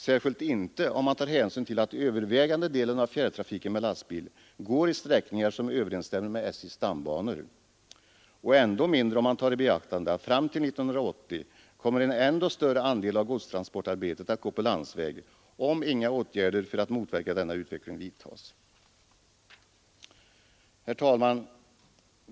Särskilt inte om man tar hänsyn till att övervägande delen av fjärrtrafiken med lastbil går i sträckningar, som överensstämmer med SJ:s stambanor, och ändå mindre om man tar i beaktande att fram till 1980 kommer en ännu större andel av godstransportarbetet att gå på landsväg, om inga åtgärder för att motverka denna utveckling vidtas Herr talman!